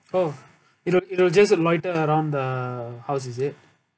oh it'll it'll just loiter around the house is it